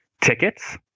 tickets